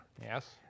Yes